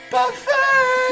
Buffet